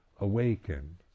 awaken